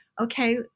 Okay